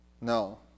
No